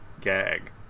gag